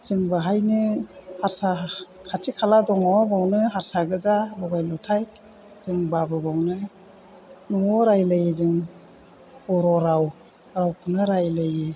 जों बाहायनो हारसा खाथि खाला दङ बावनो हारसा गोजा ल'गाय ल'थाय जोंबाबो बावनो न'आव रायलायो जों बर' राव रावखौनो रायलायो